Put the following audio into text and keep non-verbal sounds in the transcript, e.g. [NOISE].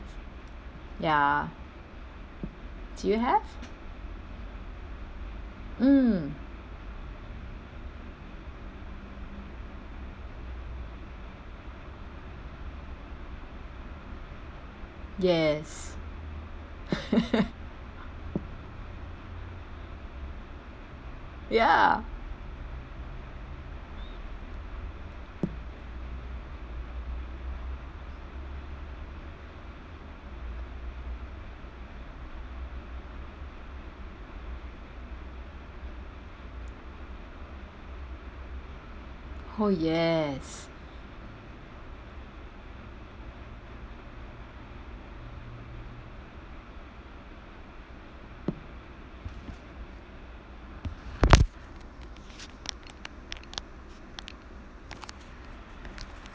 ya do you have mm yes [LAUGHS] ya oh yes